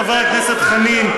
חבר הכנסת חנין,